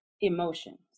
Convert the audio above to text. emotions